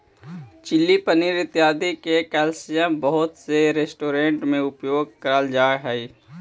chilli paneer इत्यादि में capsicum बहुत से रेस्टोरेंट में उपयोग करल जा हई